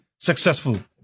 successful